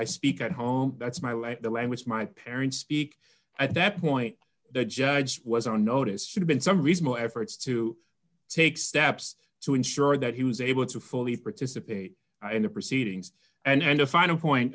i speak at home that's my way the language my parents speak at that point the judge was on notice should've been some reasonable efforts to take steps to ensure that he was able to fully participate in the proceedings and a final point